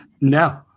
No